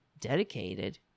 dedicated